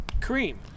cream